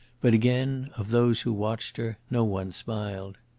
but, again, of those who watched her no one smiled.